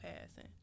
passing